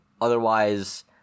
otherwise